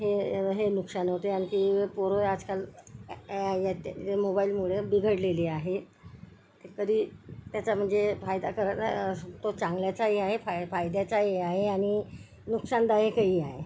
हे हे नुकसान होते आणखी पोरं आजकाल याच्या मोबाइलमुळं बिघडलेली आहेत कधी त्याचा म्हणजे फायदा कर तो चांगल्याचाही आहे फा फायद्याचाही आहे आणि नुकसानदायकही आहे